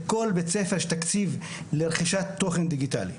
לכל בית ספר יש תקציב לרכישת תוכן דיגיטלי.